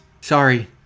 sorry